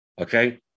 Okay